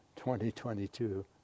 2022